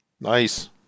Nice